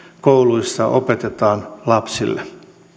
kouluissa opetetaan lapsille